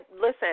listen